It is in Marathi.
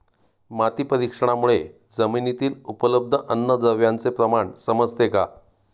माती परीक्षणामुळे जमिनीतील उपलब्ध अन्नद्रव्यांचे प्रमाण समजते का?